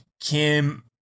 Kim